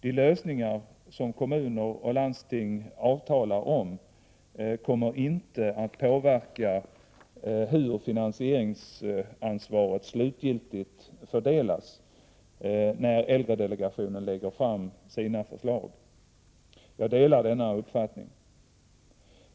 De lösningar som kommuner och landsting avtalar om kommer inte att påverka hur finansieringsansvaret slutgiltigt fördelas när äldredelegationen lägger fram sina förslag. Jag delar denna uppfattning.